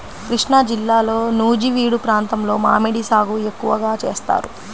కృష్ణాజిల్లాలో నూజివీడు ప్రాంతంలో మామిడి సాగు ఎక్కువగా చేస్తారు